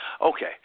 Okay